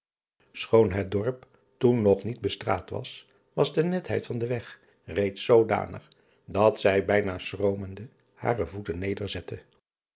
choon het dorp toen nog niet bestraat was was de netheid van den weg reeds zoodanig dat zij bijna schroomden hare voeten